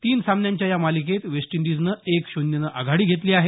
तीन सामन्यांच्या या मालिकेत वेस्ट इंडिजनं एक शून्यनं आघाडी घेतली आहे